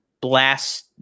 blast